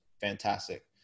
fantastic